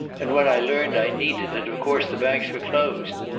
and when i learned i needed it of course the banks were closed.